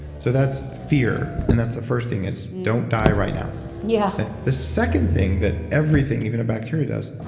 so that's fear and that's the first thing is, don't die right now yeah the second thing that everything even a bacteria does,